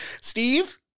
steve